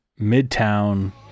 Midtown